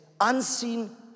unseen